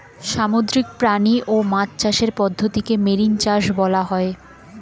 সামুদ্রিক প্রাণী ও মাছ চাষের পদ্ধতিকে মেরিন চাষ বলা হয়